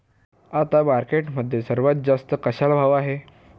आता मार्केटमध्ये सर्वात जास्त कशाला भाव आहे?